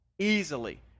Easily